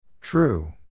True